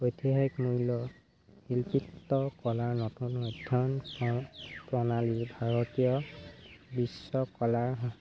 ঐতিহাসিক মূল্য শিল্পিত কলাৰ নতুন অধ্যয়ন প্ৰ প্ৰণালী ভাৰতীয় বিশ্বকলাৰ